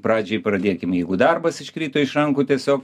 pradžiai pradėkim jeigu darbas iškrito iš rankų tiesiog